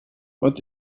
what